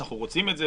אנחנו רוצים את זה,